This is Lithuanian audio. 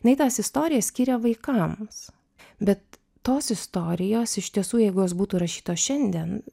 jinai tas istorijas skiria vaikams bet tos istorijos iš tiesų jeigu jos būtų rašytos šiandien